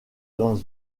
dans